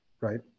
Right